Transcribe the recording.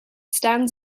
stands